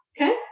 okay